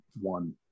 one